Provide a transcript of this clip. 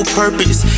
purpose